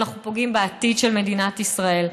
ואנחנו פוגעים בעתיד של מדינת ישראל.